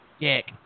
dick